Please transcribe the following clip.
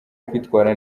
kwitwara